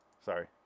sorry